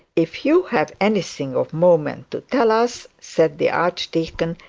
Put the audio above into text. if you have anything of moment to tell us, said the archdeacon,